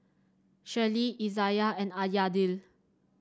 Shirlee Izayah and Ah Yadiel